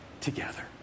together